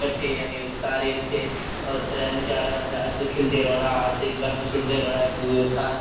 किट्ठे जानी के सारे उत्थे त्रैनो चारो आसे खेलदे रौंहना आसे बर्फ सुटदे रोना इक दुऐ उप्पर उत्था